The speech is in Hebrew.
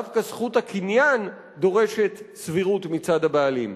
דווקא זכות הקניין דורשת סבירות מצד הבעלים.